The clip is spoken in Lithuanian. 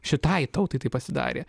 šitai tautai tai pasidarė